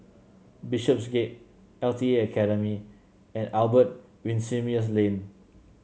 Bishopsgate L T A Academy and Albert Winsemius Lane